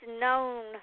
known